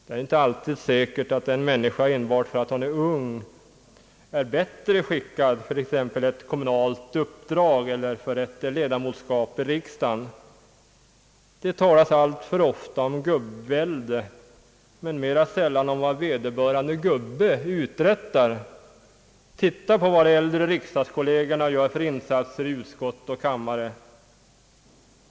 Dei är inte alltid säkert ati en människa enbart för att han eller hon är ung är bättre skickad för t.ex. ett kommunalt uppdrag eller för ett ledamotskap i riksdagen. Det talas alltför ofta om gubbvälde men mera sällan om vad vederbörande »gubbe» uträttar. Titta på vad de äldre riksdagskollegerna gör för insatser i utskott och kammare.